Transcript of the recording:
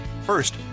First